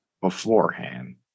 beforehand